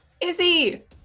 Izzy